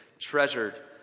treasured